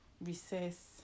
recess